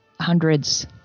hundreds